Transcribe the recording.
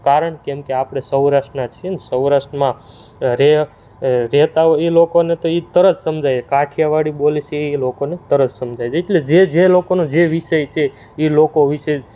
કારણ કેમ કે આપણે સૌરાષ્ટ્રના છીએ ને સૌરાષ્ટ્રમાં રહે રહેતા હોય એ લોકોને તો એ તરત સમજાય કાઠિયાવાડી બોલી છે એ લોકોને તરત સમજાય એટલે જે જે લોકોનો જે વિષય સે એ લોકો વિષે